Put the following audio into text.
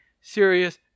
serious